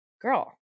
Girl